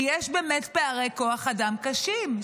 כי יש באמת פערי כוח אדם קשים,